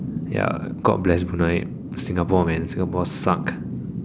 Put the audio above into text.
ya god bless Brunei Singapore man Singapore suck